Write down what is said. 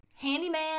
Handyman